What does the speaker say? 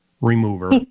remover